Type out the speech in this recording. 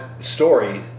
story